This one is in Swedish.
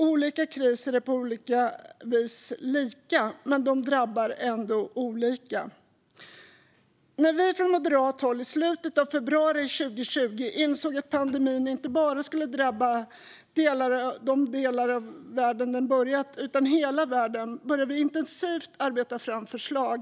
Olika kriser är på olika vis lika, men de drabbar ändå olika. När vi från moderat håll i slutet av februari 2020 insåg att pandemin inte bara skulle drabba de delar av världen där den hade börjat utan hela världen började vi intensivt arbeta fram förslag.